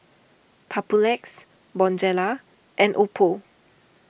Papulex Bonjela and Oppo